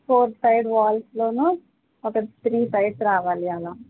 four side వాల్స్లోనూ ఒకటి three sides రావాలి అలా